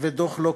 ודוח לוקר,